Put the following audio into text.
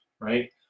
right